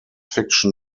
fiction